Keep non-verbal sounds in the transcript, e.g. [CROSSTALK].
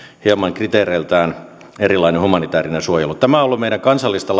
kriteereiltään hieman erilainen humanitäärinen suojelu tämä on ollut meidän kansallista [UNINTELLIGIBLE]